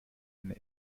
eine